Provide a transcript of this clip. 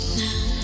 now